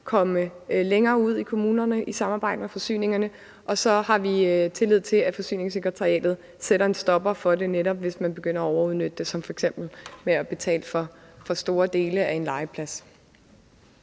komme længere ud i kommunerne i samarbejde med forsyningsselskaberne, og så har vi tillid til, at Forsyningssekretariatet sætter en stopper for det, netop hvis man begynder at overudnytte det som f.eks. ved at betale for store dele af en legeplads.